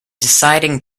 deciding